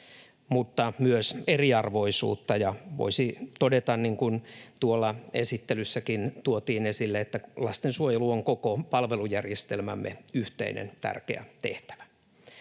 mutta myös eriarvoisuutta. Voisi todeta, niin kuin esittelyssäkin tuotiin esille, että lastensuojelu on koko palvelujärjestelmämme yhteinen tärkeä tehtävä.